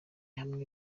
hamwe